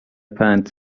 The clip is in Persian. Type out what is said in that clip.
پند